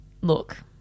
Look